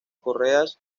correas